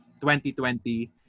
2020